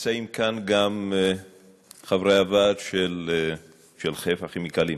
נמצאים כאן גם חברי הוועד של "חיפה כימיקלים".